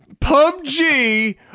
PUBG